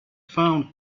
found